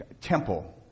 temple